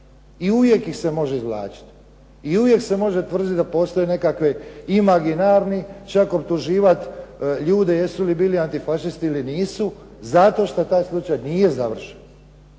i uvijek ih se može izvlačiti, i uvijek se može tvrditi da postoje nekakvi imaginarni čak optuživati ljude jesu li bili antifašisti ili nisu zato što taj slučaj nije završen.